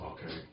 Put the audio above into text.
Okay